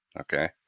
okay